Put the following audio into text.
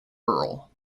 earl